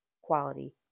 quality